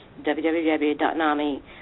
www.nami